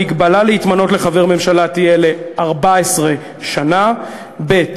המגבלה להתמנות לחבר ממשלה תהיה ל-14 שנה, ב.